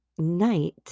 night